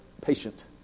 Patient